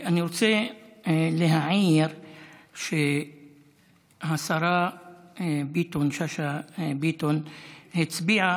אני רוצה להעיר שהשרה שאשא ביטון הצביעה,